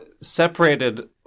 separated